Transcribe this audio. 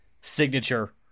signature